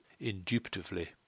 indubitably